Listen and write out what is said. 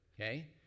Okay